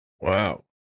Wow